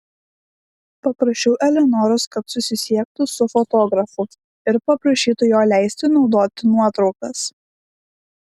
paprašiau eleonoros kad susisiektų su fotografu ir paprašytų jo leisti naudoti nuotraukas